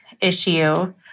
issue